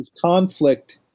conflict